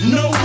no